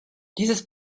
dieses